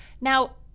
Now